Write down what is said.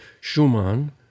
Schumann